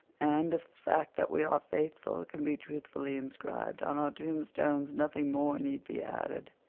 and if the fact that we are faithful can be truthfully inscribed on our tombstones nothing more need be added.